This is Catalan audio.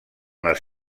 les